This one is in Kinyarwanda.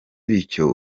bityo